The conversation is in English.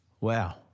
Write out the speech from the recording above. Wow